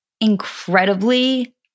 incredibly